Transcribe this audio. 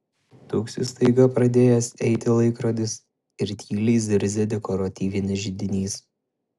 tuksi staiga pradėjęs eiti laikrodis ir tyliai zirzia dekoratyvinis židinys